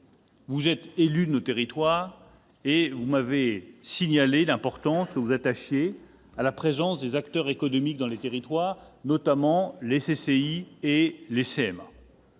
qualité d'élus de nos territoires, vous m'avez signalé l'importance que vous attachez à la présence des acteurs économiques dans les territoires, notamment les chambres de